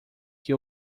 que